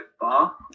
bar